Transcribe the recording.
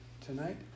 tonight